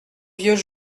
vieux